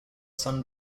sun